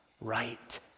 right